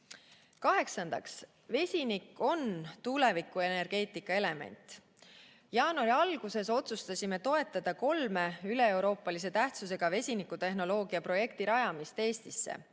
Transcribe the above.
Kaheksandaks, vesinik on tuleviku energeetika element. Jaanuari alguses otsustasime toetada kolme üleeuroopalise tähtsusega vesinikutehnoloogia projekti rajamist Eestisse.